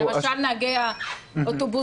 למשל נהגי האוטובוסים,